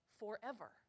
forever